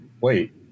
wait